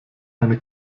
eine